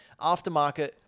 aftermarket